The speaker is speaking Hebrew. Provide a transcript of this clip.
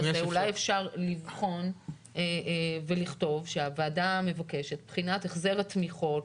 אולי אפשר לבחון ולכתוב שהוועדה מבקשת בחינת החזר התמיכות